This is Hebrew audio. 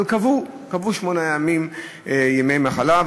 אבל קבעו שמונה ימי מחלה,